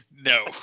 No